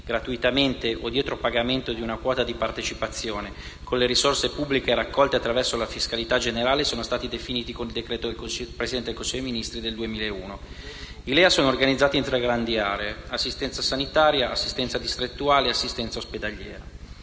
gratuitamente o dietro pagamento di una quota di partecipazione, con le risorse pubbliche raccolte attraverso la fiscalità generale, sono stati definiti con un decreto del Presidente del Consiglio dei ministri del 2001. I LEA sono organizzati in tre grandi aree: assistenza sanitaria, assistenza distrettuale e assistenza ospedaliera.